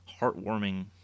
heartwarming